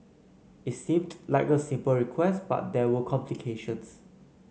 it seemed like a simple request but there were complications